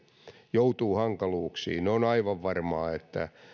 joutuu hankaluuksiin on aivan varmaa että